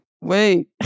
wait